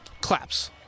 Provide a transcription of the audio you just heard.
claps